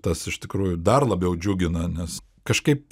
tas iš tikrųjų dar labiau džiugina nes kažkaip